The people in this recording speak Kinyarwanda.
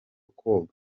koga